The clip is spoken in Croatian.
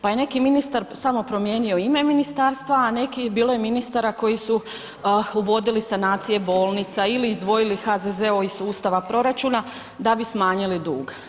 Pa je neki ministar samo promijenio ime ministarstva a neki, bilo je ministara koji uvodili sanacije bolnica ili izdvojili HZZO iz sustava proračuna da bi smanjili dug.